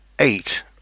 eight